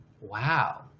wow